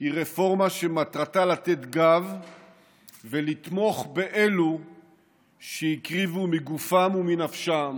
היא רפורמה שמטרתה לתת גב ולתמוך באילו שהקריבו מגופם ומנפשם